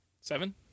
Seven